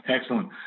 Excellent